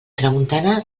tramuntana